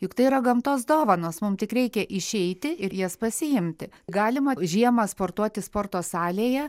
juk tai yra gamtos dovanos mum tik reikia išeiti ir jas pasiimti galima žiemą sportuoti sporto salėje